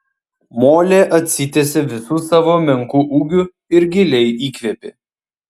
molė atsitiesė visu savo menku ūgiu ir giliai įkvėpė